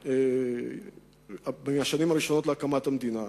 מהשנים הראשונות של המדינה.